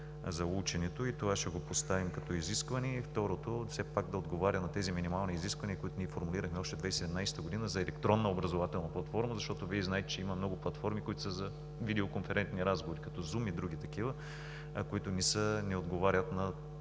за ученето. Това ще го поставим като изискване. И второто – все пак да отговаря на тези минимални изисквания, които ние формулирахме още 2017 г., за електронна образователна платформа, защото Вие знаете, че има много платформи, които са видеоконферентни разговори, като Zoom и други такива, неотговарящи на